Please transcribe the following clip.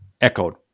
echoed